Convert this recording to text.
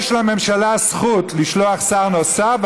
יש לממשלה זכות לשלוח שר נוסף,